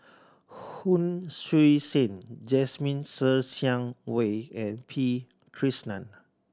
Hon Sui Sen Jasmine Ser Xiang Wei and P Krishnan